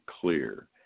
clear